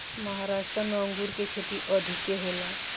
महाराष्ट्र में अंगूर के खेती अधिका होला